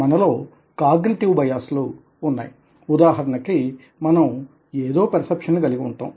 మనలో cognitive bias లు ఉన్నాయి ఉదాహరణకి బ్యాండ్ వ్యాగన్ ఎఫెక్ట్ అందరూ ఏం చేస్తున్నారు కాబట్టి నేను చేస్తాను